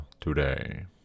today